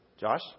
Josh